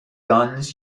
guns